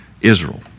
Israel